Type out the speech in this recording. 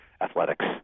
athletics